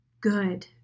good